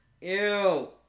Ew